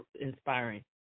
inspiring